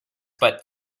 but